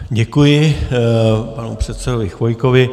Děkuji panu předsedovi Chvojkovi.